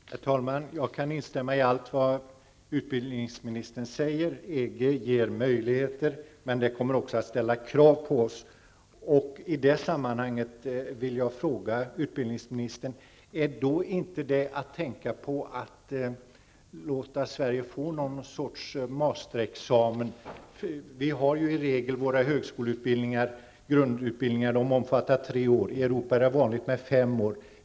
Herr talman! Jag kan instämma i allt vad utbildningsministern säger. EG ger möjligheter, men kommer också att ställa krav på oss. I det sammanhanget vill jag fråga utbildningsministern: Bör man då inte tänka på att låta Sverige få någon sorts mastersexamen? Våra högskoleutbildningar omfattar i regel tre år, och i Europa är det vanligt med fem år.